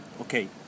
Okay